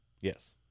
Yes